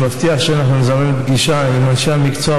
אני מבטיח שנזמן פגישה עם אנשי המקצוע